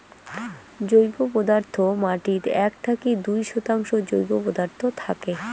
জৈব পদার্থ মাটিত এক থাকি দুই শতাংশ জৈব পদার্থ থাকে